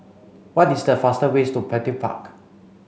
what is the fastest ways to Petir Park